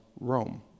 Rome